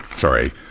Sorry